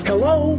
Hello